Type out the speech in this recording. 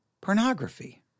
Pornography